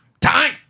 Time